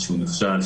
שהוא נכשל,